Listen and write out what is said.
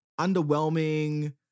Underwhelming